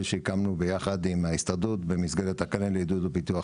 שהקמנו ביחד עם ההסתדרות במסגרת תקנה לעידוד ופיתוח.